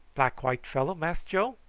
black white fellow, mass joe?